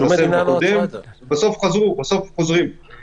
ובסוף חוזרים.